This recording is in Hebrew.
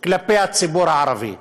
כלפי הציבור הערבי,